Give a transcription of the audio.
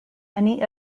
many